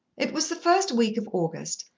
it was the first week of august,